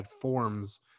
forms